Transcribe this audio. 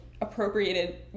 appropriated